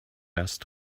asked